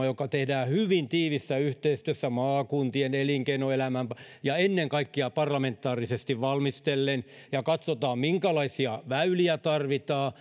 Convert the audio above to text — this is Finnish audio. joka tehdään hyvin tiiviissä yhteistyössä maakuntien ja elinkeinoelämän kanssa ja ennen kaikkea parlamentaarisesti valmistellen ja katsotaan minkälaisia väyliä tarvitaan